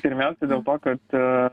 pirmiausia dėl to kad